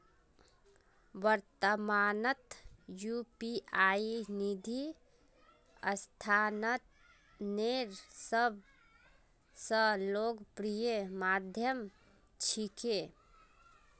वर्त्तमानत यू.पी.आई निधि स्थानांतनेर सब स लोकप्रिय माध्यम छिके